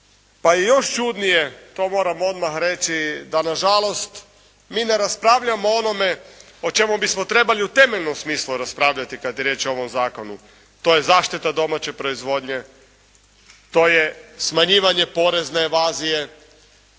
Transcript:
pa je još čudnije to moram odmah reći, da nažalost mi ne raspravljamo o onome o čemu bismo trebali u temeljnom smislu raspravljati kad je riječ o ovom zakonu. To je zaštita domaće proizvodnje, to je smanjivanje porezne evazije,